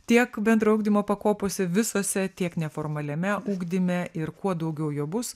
tiek bendro ugdymo pakopose visose tiek neformaliame ugdyme ir kuo daugiau jo bus